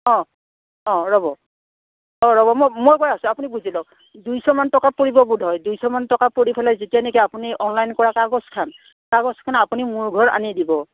অঁ অঁ ৰ'ব অঁ ৰ'ব মই মই কৈ আছোঁ আপুনি বুজি লওক দুইশমান টকা পৰিব বোধয়হ দুইশমান টকা পৰি পেলাই যেতিয়া নেকি আপুনি অনলাইন কৰা কাগজখন কাগজখনান আপুনি মোৰ ঘৰত আনি দিব